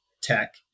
tech